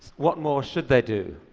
what more should they do?